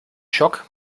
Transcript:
schock